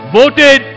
voted